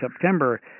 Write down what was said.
September